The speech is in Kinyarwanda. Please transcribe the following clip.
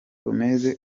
gomes